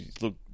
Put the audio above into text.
look